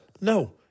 No